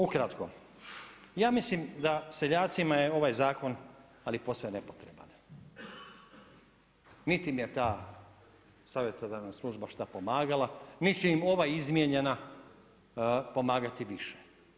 Ukratko, ja mislim da seljacima je ovaj zakon ali posve nepotreban, niti im je ta savjetodavna služba šta pomagala, niti će im ova izmijenjena pomagati više.